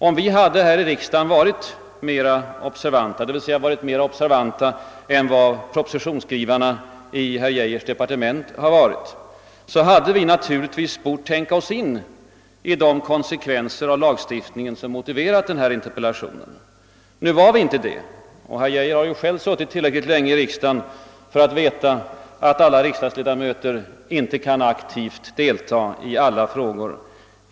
Om vi här i riksdagen varit mera observanta — d.v.s. mera observanta än propositionsskrivarna i herr Geijers departement har varit — hade vi naturligtvis bort tänka oss in i de konsekvenser av lagstiftningen som motiverat min interpellation. Nu var vi inte det, och herr Geijer har själv suttit tillräckligt länge i riksdagen för att veta att alla riksdagsledamöter inte aktivt kan delta i alla frågor.